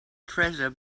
treasure